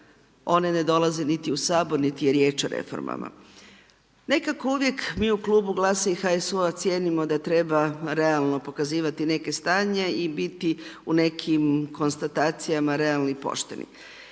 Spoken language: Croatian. one ne dolaze niti u Sabor niti je riječ o reformama. Nekako uvijek mi u klubu GLAS-a i HSU-a cijenimo da treba realno pokazivati neka stanja i biti u nekim konstatacijama realni i pošteni.